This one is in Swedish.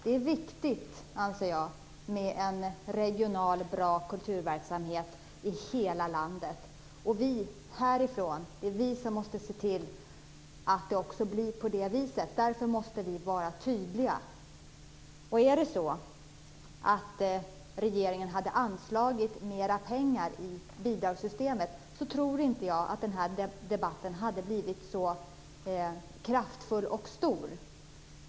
Vi här i riksdagen måste se till att det blir en bra regional kulturverksamhet i hela landet. Därför måste vi vara tydliga. Om regeringen hade anslagit mer pengar i bidragssystemet, tror jag inte att den här debatten hade blivit så kraftfull och stor.